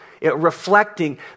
reflecting